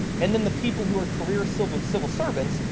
and then the people who are career civil civil servants,